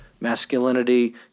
masculinity